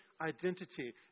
identity